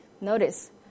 Notice